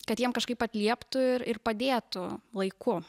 kad jiem kažkaip atlieptų ir ir padėtų laiku